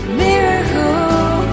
miracle